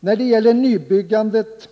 När det gäller nybyggandet